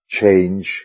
change